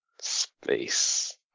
Space